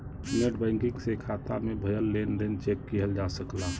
net banking से खाता में भयल लेन देन चेक किहल जा सकला